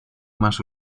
más